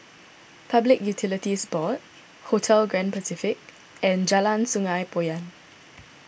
Public Utilities Board Hotel Grand Pacific and Jalan Sungei Poyan